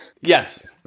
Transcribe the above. Yes